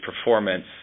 performance